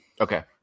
Okay